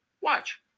Watch